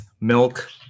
milk